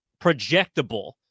projectable